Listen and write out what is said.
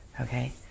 Okay